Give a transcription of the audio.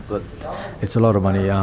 but it's a lot of money, um